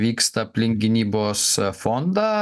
vyksta aplink gynybos fondą